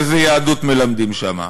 איזה יהדות מלמדים שם?